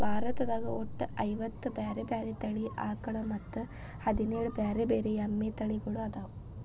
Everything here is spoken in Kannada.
ಭಾರತದಾಗ ಒಟ್ಟ ಐವತ್ತ ಬ್ಯಾರೆ ಬ್ಯಾರೆ ತಳಿ ಆಕಳ ಮತ್ತ್ ಹದಿನೇಳ್ ಬ್ಯಾರೆ ಬ್ಯಾರೆ ಎಮ್ಮಿ ತಳಿಗೊಳ್ಅದಾವ